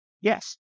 Yes